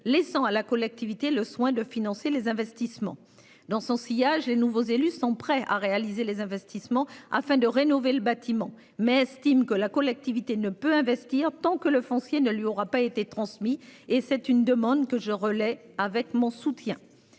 laissant à la collectivité le soin de financer les investissements dans son sillage les nouveaux élus sont prêts à réaliser les investissements afin de rénover le bâtiment mais estime que la collectivité ne peut investir tant que le foncier ne lui aura pas été transmis et c'est une demande que je relaie avec mon soutien.